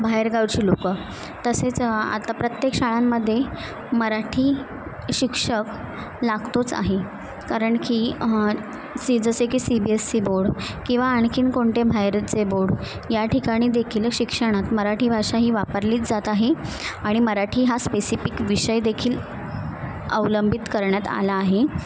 बाहेर गावाची लोक तसेच आता प्रत्येक शाळांमध्ये मराठी शिक्षक लागतोच आहे कारणकी सी जसे की C B S E board किंवा आणखीन कोणते बाहेरचे बोर्ड या ठिकाणी देखील शिक्षणात मराठी भाषा ही वापरलीच जात आहे आणि मराठी हा स्पेसिफिक विषय देखील अवलंबित करण्यात आला आहे